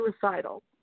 suicidal